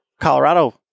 colorado